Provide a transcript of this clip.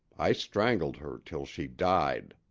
i strangled her till she died!